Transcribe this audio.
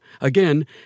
Again